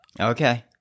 Okay